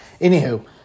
anywho